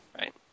Right